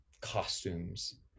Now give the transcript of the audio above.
costumes